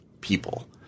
people